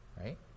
Right